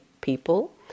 people